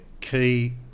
key